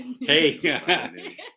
Hey